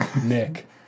Nick